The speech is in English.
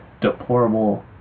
deplorable